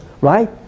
right